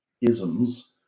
isms